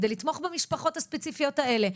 כדי לתמוך במשפחות הספציפיות האלה.